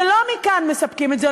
ולא מכאן מספקים את זה,